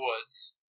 Woods